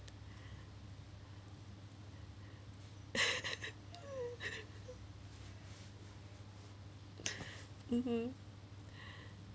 mmhmm